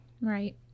Right